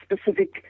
specific